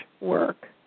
work